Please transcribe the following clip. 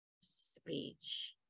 speech